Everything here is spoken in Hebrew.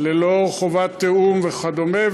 ללא חובת תיאום וכדומה,